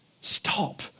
Stop